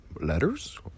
Letters